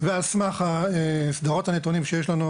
ועל סמך סדרות הנתונים שיש לנו